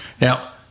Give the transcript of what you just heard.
Now